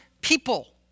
people